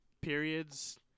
periods